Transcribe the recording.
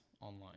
online